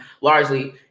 largely